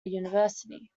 university